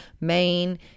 Main